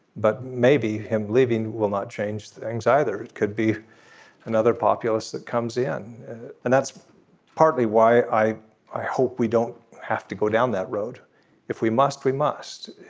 but maybe him leaving will not change things either it could be another populist that comes in and that's partly why i i hope we don't have to go down that road if we must we must.